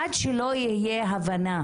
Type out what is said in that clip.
עד שלא תהיה הבנה